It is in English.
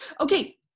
okay